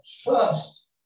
Trust